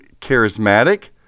charismatic